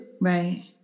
Right